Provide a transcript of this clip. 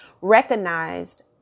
recognized